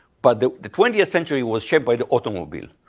but the the twentieth century was shaped by the automobile.